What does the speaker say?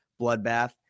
bloodbath